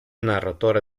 narratore